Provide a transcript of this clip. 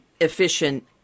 efficient